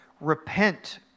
Repent